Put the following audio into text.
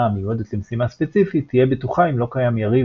המיועדת למשימה ספציפית תהיה בטוחה אם לא קיים יריב